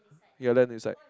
ya then it's like